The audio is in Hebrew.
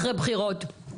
אחרי בחירות.